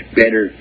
better